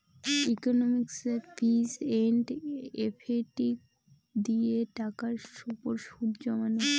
ইকনমিকসে Fitch and effective দিয়ে টাকার উপর সুদ জমানো